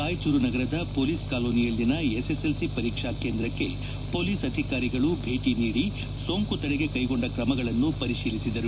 ರಾಯಚೂರು ನಗರದ ಪೊಲೀಸ್ ಕಾಲೋನಿಯಲ್ಲಿನ ಎಸ್ಎಸ್ಎಲ್ಸಿ ಪರೀಕ್ಷಾ ಕೇಂದ್ರಕ್ಕೆ ಪೊಲೀಸ್ ಅಧಿಕಾರಿಗಳು ಭೇಟಿ ನೀಡಿ ಸೋಂಕು ತಡೆಗೆ ಕೈಗೊಂಡ ಕ್ರಮಗಳನ್ನು ಪರಿಶೀಲಿಸಿದರು